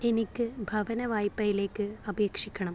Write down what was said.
എനിക്ക് ഭവന വായ്പയിലേക്ക് അപേക്ഷിക്കണം